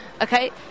Okay